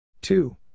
Two